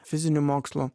fizinių mokslų